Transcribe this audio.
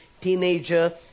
teenager